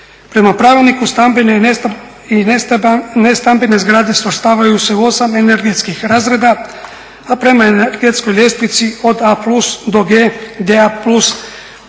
Prema Pravilniku stambene i nestambene zgrade svrstavaju se u 8 energetskih razreda, a prema energetskoj ljestvici od A+ do G, gdje